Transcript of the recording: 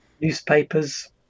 newspapers